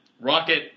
Rocket